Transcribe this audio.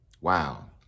wow